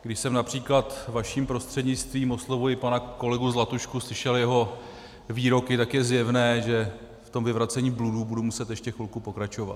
Když jsem například, vaším prostřednictvím oslovuji pana kolegu Zlatušku, slyšel jeho výroky, je zjevné, že ve vyvracení bludů budu muset ještě chvilku pokračovat.